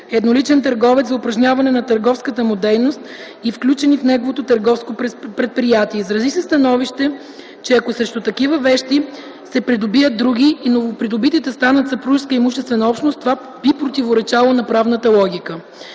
едноличен търговец за упражняване на търговската му дейност и включени в неговото търговско предприятие. Изрази се становище, че ако срещу такива вещи се придобият други и новопридобитите станат съпружеска имуществена общност, това би противоречало на правната логика.